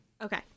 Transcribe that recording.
Okay